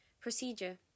Procedure